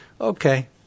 okay